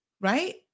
right